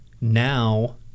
now